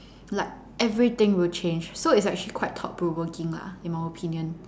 like everything would change so it's actually quite thought provoking lah in my opinion